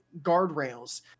guardrails